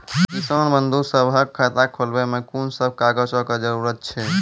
किसान बंधु सभहक खाता खोलाबै मे कून सभ कागजक जरूरत छै?